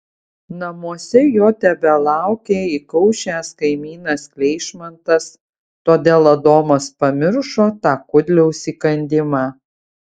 namuose jo tebelaukė įkaušęs kaimynas kleišmantas todėl adomas pamiršo tą kudliaus įkandimą